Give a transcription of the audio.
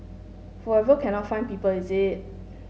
forever cannot find people is it